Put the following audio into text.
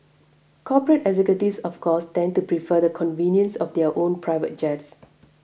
corporate executives of course tend to prefer the convenience of their own private jets